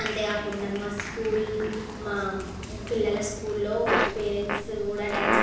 అంతేకాకుండా మా స్కూల్ మా పిల్లల స్కూల్లో పేరెంట్స్ కూడా డాన్స్